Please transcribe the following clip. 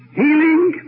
healing